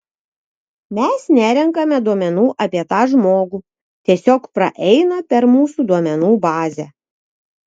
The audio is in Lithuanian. mes nerenkame duomenų apie tą žmogų tiesiog praeina per mūsų duomenų bazę